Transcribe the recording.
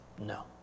no